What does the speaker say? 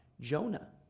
Jonah